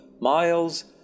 miles